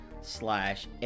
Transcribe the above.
slash